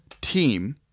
team